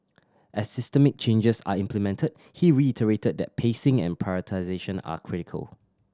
as systemic changes are implemented he reiterated that pacing and prioritisation are critical